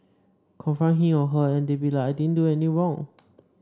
confront him or her and they be like I didn't do anything wrong